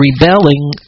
rebelling